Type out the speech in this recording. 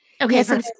Okay